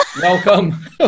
Welcome